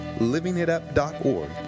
LivingItUp.org